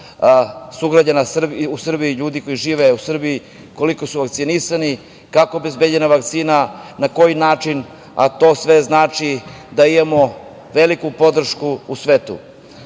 sugrađana i ljudi koji žive u Srbiji, koliko su vakcinisani i kako je obezbeđena vakcina, na koji način a to sve znači da imamo veliku podršku u svetu. Ja